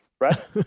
right